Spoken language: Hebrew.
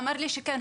אמר לי שכן,